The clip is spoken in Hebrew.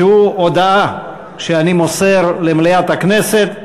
שהוא הודעה שאני מוסר למליאת הכנסת,